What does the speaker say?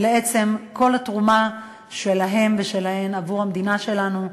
ועצם כל התרומה שלהם ושלהן עבור המדינה שלנו,